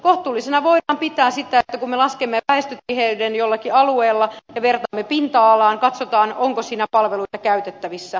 kohtuullisena voidaan pitää sitä että kun me laskemme väestötiheyden jollakin alueella ja vertaamme pinta alaan katsotaan onko siinä palveluita käytettävissä